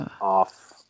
off